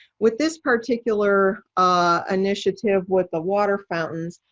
with this particular ah initiative with the water fountains,